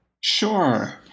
Sure